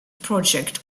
project